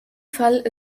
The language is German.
fall